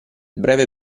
breve